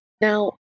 Now